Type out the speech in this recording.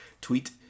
tweet